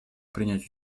принять